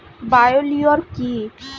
Bio লিওর কি?